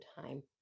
time